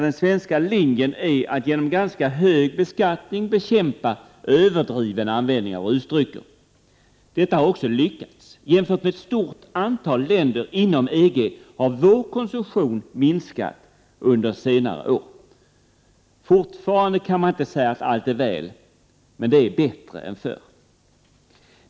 Den svenska linjen är att genom ganska hög beskattning bekämpa överdriven användning av rusdrycker. Detta har också lyckats; jämfört med ett stort antal länder inom EG har vår konsumtion minskat under senare år. Fortfarande kan man inte säga att allt är väl, men det är bättre än förr.